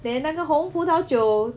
then 那个红葡萄酒